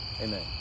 Amen